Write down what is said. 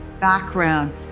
background